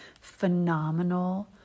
phenomenal